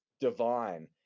divine